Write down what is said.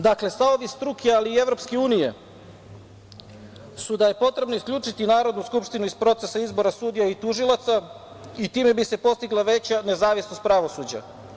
Dakle, stavovi struke, ali i EU su da je potrebno isključiti Narodnu skupštinu iz procesa izbora sudija i tužilaca i time bi se postigla veća nezavisnost pravosuđa.